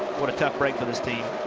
what a tough break for this tee.